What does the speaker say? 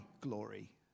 glory